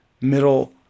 middle